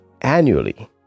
annually